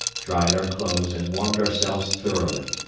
dried our clothes and warmed ourselves thoroughly.